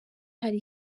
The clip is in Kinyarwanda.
hari